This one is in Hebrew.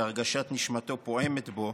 שהרגשת נשמתו פועמת בו,